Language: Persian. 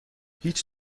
هیچ